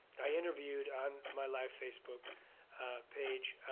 i interviewed on my live facebook page,